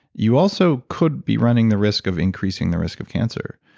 you also could be running the risk of increasing the risk of cancer.